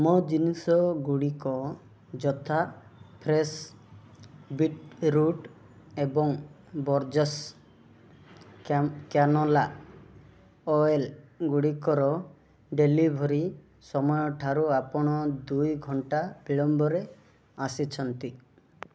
ମୋ ଜିନିଷଗୁଡ଼ିକ ଯଥା ଫ୍ରେସ୍ ବିଟ୍ରୁଟ୍ ଏବଂ ବୋର୍ଜ୍ସ୍ କ୍ୟାନୋଲା ଅଏଲ୍ଗୁଡ଼ିକର ଡ଼େଲିଭରି ସମୟଠାରୁ ଆପଣ ଦୁଇ ଘଣ୍ଟା ବିଳମ୍ବରେ ଆସିଛନ୍ତି